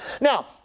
Now